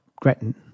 Gretton